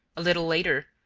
a little later,